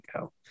go